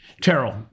Terrell